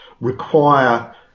require